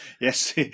Yes